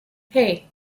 hey